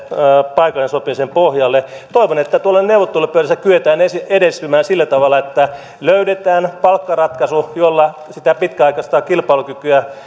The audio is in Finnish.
tänne paikallisen sopimisen pohjalle toivon että tuolla neuvottelupöydässä kyetään edistymään sillä tavalla että löydetään palkkaratkaisu jolla sitä pitkäaikaista kilpailukykyä